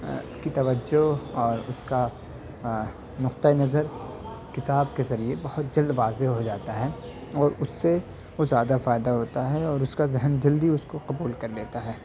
کی توجہ اور اس کا نقطہ نظر کتاب کے ذریعے بہت جلد واضح ہو جاتا ہے اور اس سے وہ زیادہ فائدہ ہوتا ہے اور اس کا ذہن جلدی اس کو قبول کر لیتا ہے